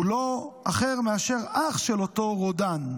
הוא לא אחר מאשר אח של אותו רודן.